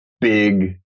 big